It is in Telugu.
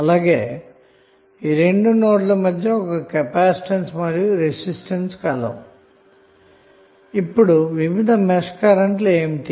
అలాగే ఈ రెండు నోడ్ల మధ్య ఒక కెపాసిటెన్స్ మరియు రెసిస్టెన్స్ ఉన్నాయి ఇప్పుడు వివిధ మెష్ కరెంటు లు ఏమిటి